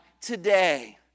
today